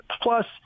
Plus